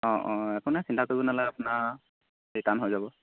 অঁ অঁ একো নাই চিন্তা কৰিব নহ'লে আপোনাৰ ৰিটাৰ্ণ হৈ যাব